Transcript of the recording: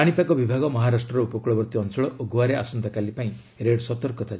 ପାଣିପାଗ ବିଭାଗ ମହାରାଷ୍ଟ୍ରର ଉପକୃଳବର୍ତ୍ତୀ ଅଞ୍ଚଳ ଓ ଗୋଆରେ ଆସନ୍ତାକାଲି ପାଇଁ ରେଡ୍ ସତର୍କତା କାରି କରିଛି